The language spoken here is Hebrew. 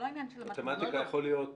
מתמטיקה זה יכול להיות